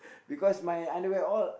because my underwear all